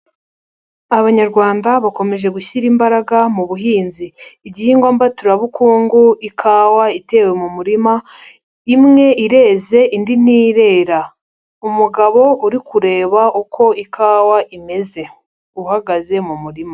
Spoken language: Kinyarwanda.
Abanyarwanda bakomeje gushyira imbaraga mu buhinzi, igihingwa mbaturabukungu ikawa itewe mu murima, imwe irenzeze indi ntirera, umugabo uri kureba uko ikawa imeze uhagaze mu murima.